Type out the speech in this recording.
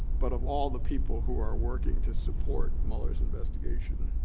but of all the people who are working to support mueller's investigation.